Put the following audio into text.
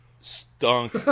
stunk